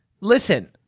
listen